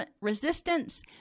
resistance